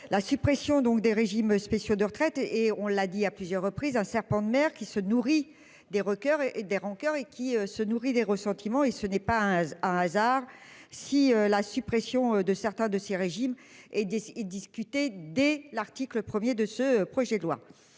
la suppression donc des régimes spéciaux de retraite et on l'a dit à plusieurs reprises un serpent de mer qui se nourrit des rockers et et des rancoeurs et qui se nourrit des ressentiments et ce n'est pas un hasard si la suppression de certains de ces régimes et des y'discuter dès l'article 1er de ce projet de loi.